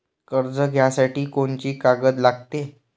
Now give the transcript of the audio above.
कर्ज घ्यासाठी कोनची कागद लागते?